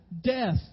death